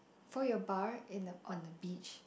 fold your bar in the on the beach